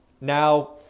now